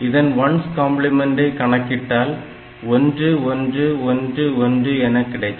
இதன் 1s காம்ப்ளிமென்டை 1s complement கணக்கிட்டால் 1111 எனக் கிடைக்கும்